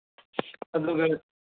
ꯑꯗꯨꯒ